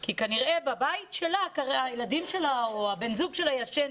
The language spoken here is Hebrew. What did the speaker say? כי כנראה בבית שלה הילדים שלה או בן הזוג שלה ישן